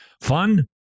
Fun